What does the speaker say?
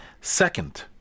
Second